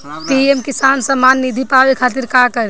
PM Kisan Samman Nidhi पावे खातिर का करी?